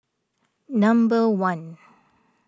number one